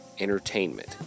Entertainment